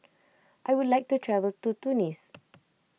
I would like to travel to Tunis